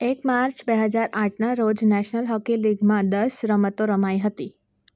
એક માર્ચ બે હજાર આઠના રોજ નેશનલ હોકી લીગમાં દસ રમતો રમાઈ હતી